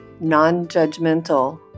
non-judgmental